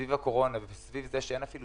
סביב הקורונה וסביב העובדה שאין אפילו